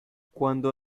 quando